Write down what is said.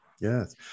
Yes